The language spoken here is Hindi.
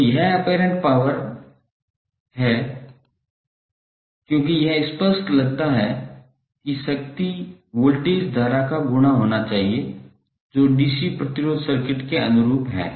तो यह ऑपेरेंट पावर है क्योंकि यह स्पष्ट लगता है कि शक्ति वोल्टेज धारा का गुणा होना चाहिए जो डीसी प्रतिरोध सर्किट के अनुरूप है